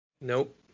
Nope